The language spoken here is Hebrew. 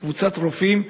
כקבוצת רופאים,